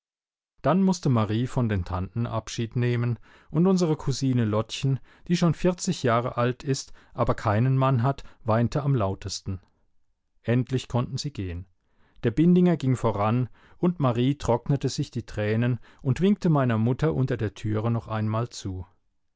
dann mußte marie von den tanten abschied nehmen und unsere cousine lottchen die schon vierzig jahre alt ist aber keinen mann hat weinte am lautesten endlich konnten sie gehen der bindinger ging voran und marie trocknete sich die tränen und winkte meiner mutter unter der türe noch einmal zu